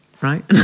right